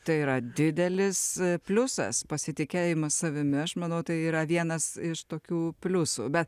tai yra didelis pliusas pasitikėjimas savimi aš manau tai yra vienas iš tokių pliusų be